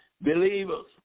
Believers